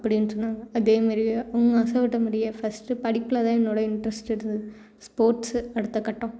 அப்படின்னு சொன்னாங்க அதே மாதிரியே அவங்க ஆசைப்பட்ட மாதிரியே ஃபர்ஸ்ட்டு படிப்பில் தான் என்னோட இண்ட்ரெஸ்ட் இருந்தது ஸ்போர்ட்ஸு அடுத்த கட்டம்